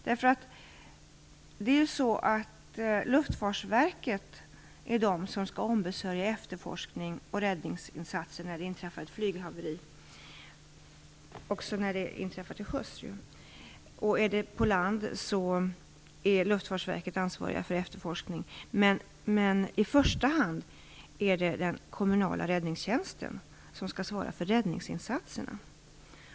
Det är Luftfartsverket som skall ombesörja efterforskning och räddningsinsatser när det inträffar ett flyghaveri, också när det inträffar till sjöss. Om det inträffar på land är Luftfartsverket ansvarigt för efterforskningen. Men i första hand är det den kommunala räddningstjänsten som skall svara för räddningsinsatserna.